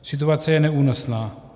Situace je neúnosná.